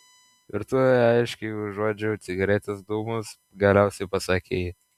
virtuvėje aiškiai užuodžiau cigaretės dūmus galiausiai pasakė ji